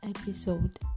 episode